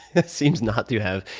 it seems not to have.